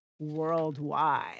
Worldwide